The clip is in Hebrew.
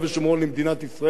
אני מקווה שהשלב הבא,